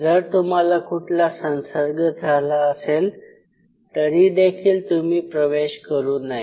जर तुम्हाला कुठला संसर्ग झाला असेल तरीदेखील तुम्ही प्रवेश करु नये